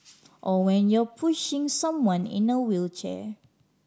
or when you're pushing someone in a wheelchair